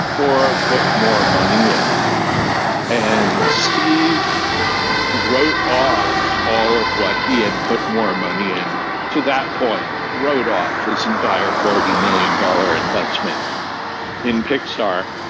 or put more money. and steve wrote off all of what he had put more money in, to that point, wrote off his entire forty million dollars investment in pixar.